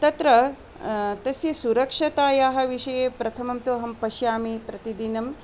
तत्र तस्य सुरक्षतायाः विषये प्रथमं तु अहं पश्यामि प्रतिदिनं